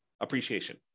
appreciation